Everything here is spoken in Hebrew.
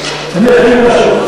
ולמשרד